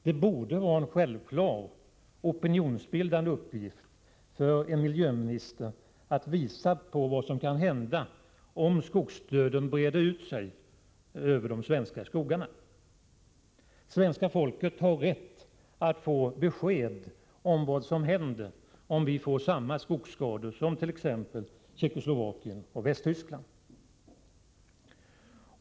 Det borde vara en självklar opinionsbildande uppgift för en miljöminister att visa på vad som kan hända om skogsdöden breder ut sig över de svenska skogarna. Svenska folket har rätt att få besked om vad som händer om vi får samma skogsskador som it.ex. Tjeckoslovakien och Västtyskland.